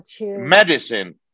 medicine